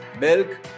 milk